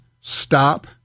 stop